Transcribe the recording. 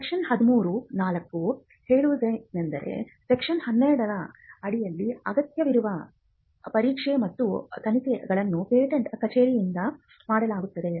section 13 ಹೇಳುವುದೇನೆಂದರೆ section 12 ರ ಅಡಿಯಲ್ಲಿ ಅಗತ್ಯವಿರುವ ಪರೀಕ್ಷೆ ಮತ್ತು ತನಿಖೆಗಳನ್ನು ಪೇಟೆಂಟ್ ಕಚೇರಿಯಿಂದ ಮಾಡಲಾಗುತ್ತದೆ